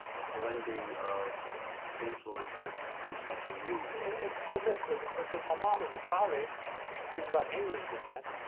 a blending of influences to produce something new. it's so mixed like ah because my mama's a collie she's got english descent.